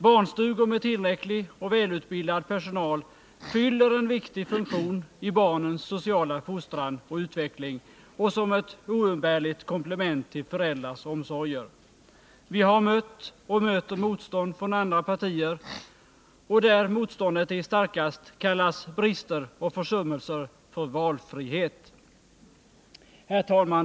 Barnstugor med tillräcklig och välutbildad personal fyller en viktig funktion i barnens sociala fostran och utveckling och som ett oumbärligt komplement till föräldrars omsorger. Vi har mött och möter motstånd från andra partier, och där motståndet är starkast kallas brister och försummelser för valfrihet. Herr talman!